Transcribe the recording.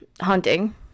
hunting